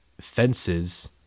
Fences